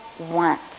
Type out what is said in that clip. want